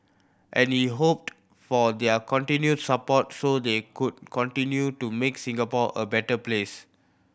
and he hoped for their continued support so they could continue to make Singapore a better place